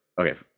okay